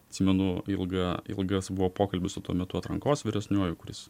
atsimenu ilga ilgas buvo pokalbis su tuo metu atrankos vyresniuoju kuris